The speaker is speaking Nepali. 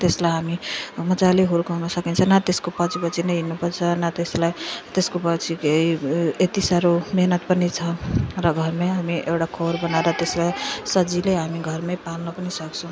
त्यसलाई हामी मजाले हुर्काउन सकिन्छ न त्यसको पछि पछि नै हिँड्नु पर्छ न त्यसलाई त्यसको पछि केही यति साह्रो मेहनत पनि छ र घरमा हामी एउटा खोर बनाएर त्यसलाई सजिलो हामी घरमा पाल्न पनि सक्छौँ